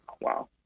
wow